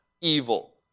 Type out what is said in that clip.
evil